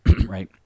Right